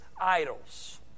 idols